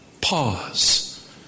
Pause